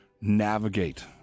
navigate